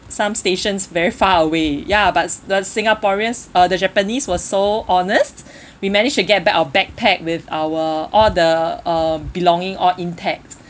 some stations very far away ya but the singaporeans uh the japanese was so honest we managed to get our backpack with our all the uh belonging all intact